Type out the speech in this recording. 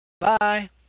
Bye